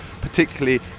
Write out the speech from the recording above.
particularly